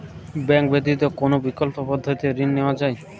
Bank ব্যতিত কোন বিকল্প পদ্ধতিতে ঋণ নেওয়া যায়?